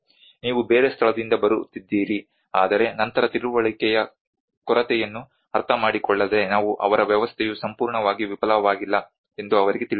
ನೀವು ಬೇರೆ ಸ್ಥಳದಿಂದ ಬರುತ್ತಿದ್ದೀರಿ ಆದರೆ ನಂತರ ತಿಳುವಳಿಕೆಯ ಕೊರತೆಯನ್ನು ಅರ್ಥಮಾಡಿಕೊಳ್ಳದೆ ನಾವು ಅವರ ವ್ಯವಸ್ಥೆಯು ಸಂಪೂರ್ಣವಾಗಿ ವಿಫಲವಾಗಿಲ್ಲ ಎಂದು ಅವರಿಗೆ ತಿಳಿಸುತ್ತೇವೆ